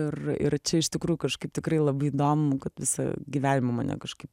ir ir čia iš tikrųjų kažkaip tikrai labai įdomu kad visą gyvenimą mane kažkaip